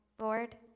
Lord